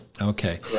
Okay